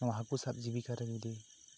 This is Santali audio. ᱱᱚᱣᱟ ᱦᱟᱹᱠᱩ ᱥᱟᱵ ᱡᱤᱵᱤᱠᱟ ᱨᱮ ᱡᱩᱫᱤ